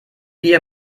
bier